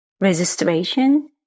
registration